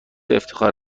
افتخار